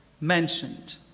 mentioned